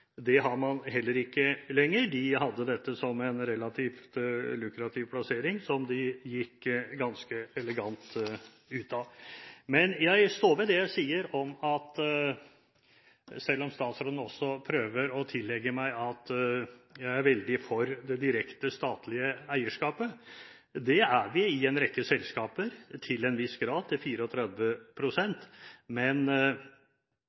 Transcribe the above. relativt lukrativ plassering som de gikk ganske elegant ut av. Jeg står ved det jeg sier, selv om statsråden prøver å tillegge meg at jeg er veldig for det direkte statlige eierskapet. Det er vi til en viss grad i en rekke selskaper, til